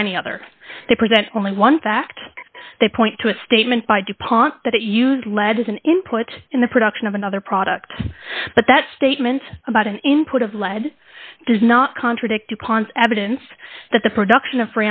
or any other they present only one fact they point to a statement by dupont that it used led as an input in the production of another product but that statement about an input of lead does not contradict dupont's evidence that the production of